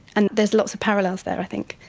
and there's lots of parallels there i think,